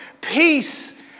peace